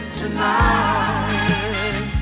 tonight